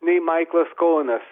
nei maiklas koenas